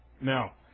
Now